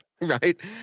Right